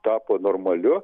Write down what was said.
tapo normaliu